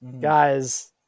Guys